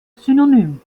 synonym